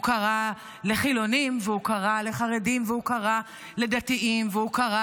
הוא קרה לחילונים והוא קרה לחרדים והוא קרה לדתיים והוא קרה